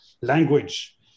language